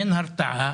אין הרתעה